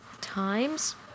Times